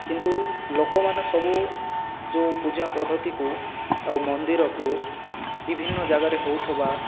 କିନ୍ତୁ ଲୋକମାନେ ସବୁ ଯେଉଁ ପୂଜା ପଦ୍ଧତିକୁ ଆଉ ମନ୍ଦିରକୁ ବିଭିନ୍ନ ଜାଗାରେ ହେଉଥିବା